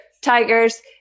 tigers